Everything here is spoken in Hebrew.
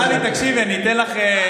טלי, תקשיבי, אני אתן לך.